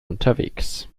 unterwegs